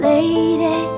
Lady